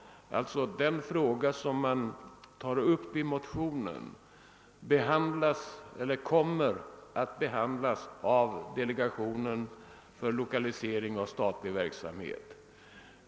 Den fråga som man tar upp i motionen kommer alltså att behandlas av delegationen för lokalisering av statlig verksamhet.